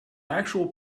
actual